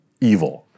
evil